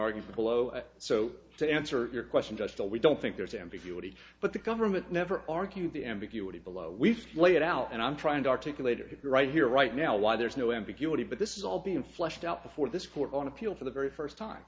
for below so to answer your question just what we don't think there's ambiguity but the government never argued the ambiguity below we lay it out and i'm trying to articulate it here right here right now why there's no ambiguity but this is all being fleshed out before this court on appeal for the very first time